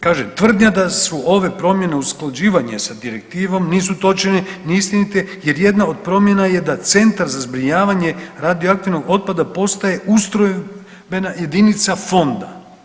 Kaže, tvrdnja da su ove promjene usklađivanje sa direktivom nisu točne ni istinite jer jedna od promjena je da Centar za zbrinjavanje radioaktivnog otpada postaje ustrojbena jedinica fonda.